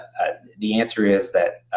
the answer is that,